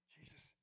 Jesus